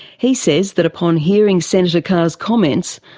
he says that upon hearing senator carr's comments,